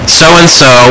so-and-so